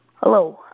Hello